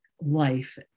life